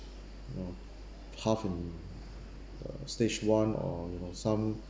you know uh stage one or you know some